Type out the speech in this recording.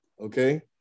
Okay